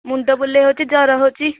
ମୁଣ୍ଡ ବୁଲେଇ ହେଉଛି ଜ୍ୱର ହେଉଛି